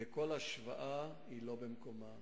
וכל השוואה היא לא במקומה.